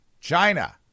China